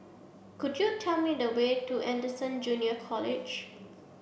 could you tell me the way to Anderson Junior College